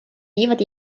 viivad